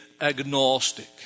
agnostic